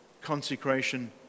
consecration